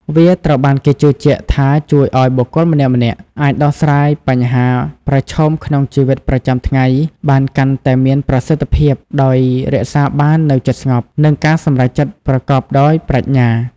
វាត្រូវបានគេជឿជាក់ថាជួយឲ្យបុគ្គលម្នាក់ៗអាចដោះស្រាយបញ្ហាប្រឈមក្នុងជីវិតប្រចាំថ្ងៃបានកាន់តែមានប្រសិទ្ធភាព ដោយរក្សាបាននូវចិត្តស្ងប់ និងការសម្រេចចិត្តប្រកបដោយប្រាជ្ញា។